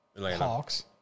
Hawks